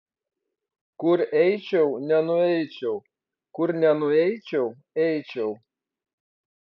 kur eičiau nenueičiau kur nenueičiau eičiau